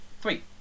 three